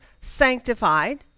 sanctified